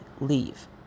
leave